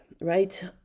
right